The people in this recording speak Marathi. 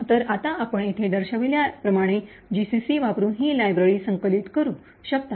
तर आता आपण येथे दर्शविल्याप्रमाणे जीसीसी वापरुन ही लायब्ररी संकलित करू शकता